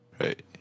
Right